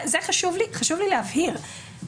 חשוב לי להבהיר את זה.